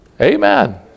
Amen